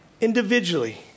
Individually